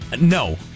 No